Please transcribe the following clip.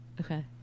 okay